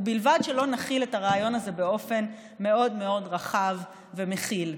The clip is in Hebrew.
ובלבד שלא נחיל את הרעיון הזה באופן מאוד מאוד רחב ומכיל.